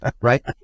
right